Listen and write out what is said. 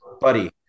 buddy